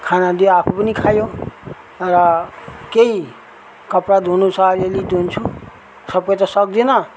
खाना दियो आफू पनि खायो र केही कपडा धुनु छ अलिअलि धुन्छु सबै त सक्दिनँ